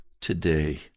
today